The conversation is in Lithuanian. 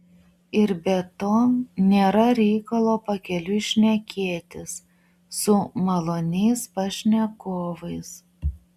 ir be to nėra reikalo pakeliui šnekėtis su maloniais pašnekovais